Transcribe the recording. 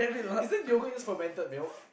isn't yogurt just fermented milk